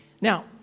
Now